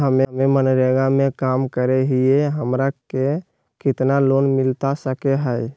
हमे मनरेगा में काम करे हियई, हमरा के कितना लोन मिलता सके हई?